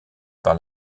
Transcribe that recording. par